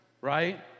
right